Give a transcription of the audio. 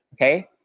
okay